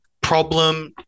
problem